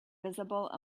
visible